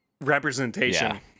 representation